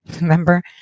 remember